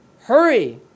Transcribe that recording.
hurry